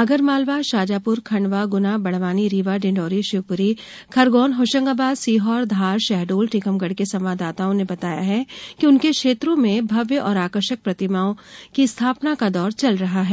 आगरमालवा शाजापुर खंडवा गुना बड़वानी रीवा डिण्डोरी शिवपुरी खरगोन होशंगाबाद सीहोर धार शहडोल टीकमगढ के संवाददाताओं ने बताया है कि उनके क्षेत्रों में भव्य और आकर्षक प्रतिमाओं की स्थापना का दौर चल रहा है